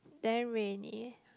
damn rainy